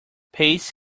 paste